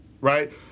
right